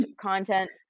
content